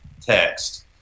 text